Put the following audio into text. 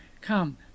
come